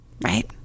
right